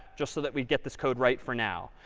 just so that we get this code right for now.